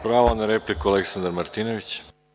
Pravo na repliku ima Aleksandar Martinović.